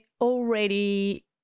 already